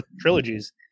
trilogies